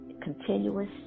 continuous